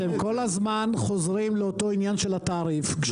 אתם כל הזמן חוזרים לאותו עניין של התעריף.